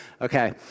Okay